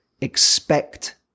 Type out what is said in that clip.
expect